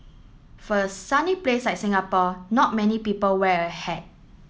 for a sunny place like Singapore not many people wear a hat